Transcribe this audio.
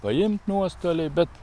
paimt nuostoliai bet